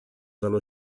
dallo